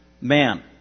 man